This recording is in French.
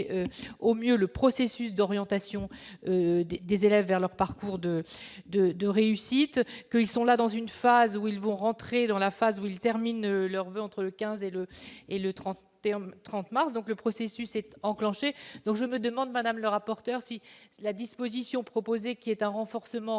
au mieux le processus d'orientation des élèves vers leur parcours de de de réussite que ils sont là dans une phase où ils vont rentrer dans la phase où ils terminent leur vie entre le 15 et le et le transport, terme 30 mars donc, le processus est enclenché, donc je me demande madame le rapporteur si la disposition proposée, qui est un renforcement de